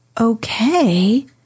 Okay